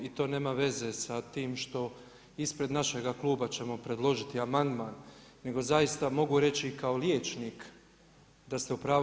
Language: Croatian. I to nema veze sa tim što, ispred našega kluba ćemo predložiti amandman, nego zaista mogu reći kao liječnik da ste u pravu.